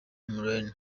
milena